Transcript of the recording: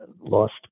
lost